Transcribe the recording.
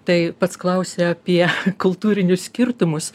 tai pats klausė apie kultūrinius skirtumus